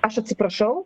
aš atsiprašau